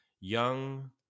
young